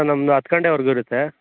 ನಮ್ದು ಹತ್ತು ಗಂಟೆವರೆಗು ಇರುತ್ತೆ